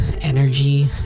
energy